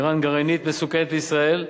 אירן גרעינית מסוכנת לישראל,